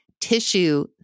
tissue